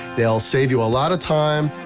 they'll save you a lot of time,